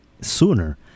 sooner